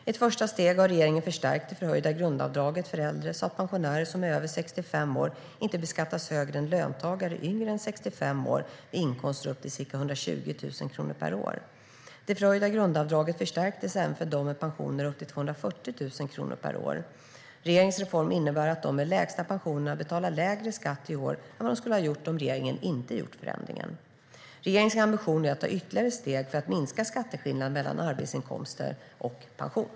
I ett första steg har regeringen förstärkt det förhöjda grundavdraget för äldre så att pensionärer som är över 65 år inte beskattas högre än löntagare yngre än 65 år vid inkomster upp till ca 120 000 kronor per år. Det förhöjda grundavdraget förstärktes även för dem med pensioner upp till 240 000 kronor per år. Regeringens reform innebär att de med de lägsta pensionerna betalar lägre skatt i år än vad de skulle ha gjort om regeringen inte gjort förändringen. Regeringens ambition är att ta ytterligare steg för att minska skatteskillnaderna mellan arbetsinkomster och pension.